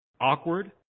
awkward